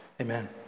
Amen